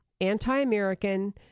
anti-American